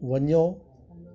वञो